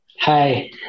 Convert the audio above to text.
Hi